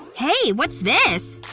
hey. what's this?